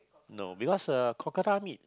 no because uh crocodile meat